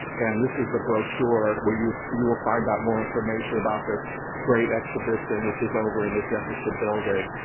and this is the brochure where you you will find out more information about this great exhibition which is over in the jefferson building.